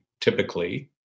typically